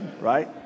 right